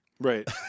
Right